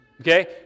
Okay